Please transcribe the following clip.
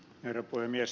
herra puhemies